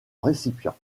récipient